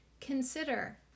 consider